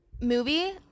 Movie